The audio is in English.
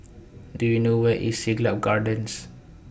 Do YOU know Where IS Siglap Gardens